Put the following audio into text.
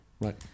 Right